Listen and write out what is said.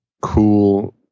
Cool